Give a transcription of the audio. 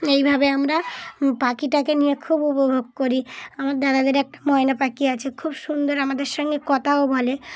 এইভাবে আমরা পাখিটাকে নিয়ে খুব উপভোগ করি আমার দাদাদের একটা ময়না পাখি আছে খুব সুন্দর আমাদের সঙ্গে কথাও বলে